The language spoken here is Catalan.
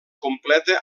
completa